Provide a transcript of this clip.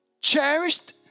cherished